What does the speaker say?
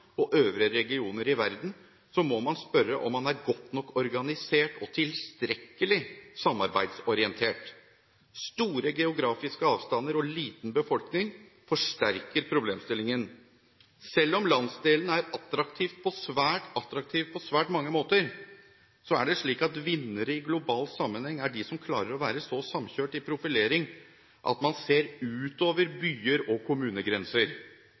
og øvrige regioner i verden, må man spørre om man er godt nok organisert og tilstrekkelig samarbeidsorientert. Store geografiske avstander og liten befolkning forsterker problemstillingen. Selv om landsdelen er attraktiv på svært mange måter, er det slik at vinnerne i global sammenheng er de som klarer å være så samkjørte i profilering at man ser utover kommune- og fylkesgrenser og ser regionen som en helhet. Nå er ikke usunn rivalisering mellom byer og